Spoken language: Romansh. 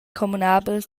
communabel